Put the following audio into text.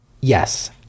Yes